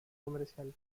comercial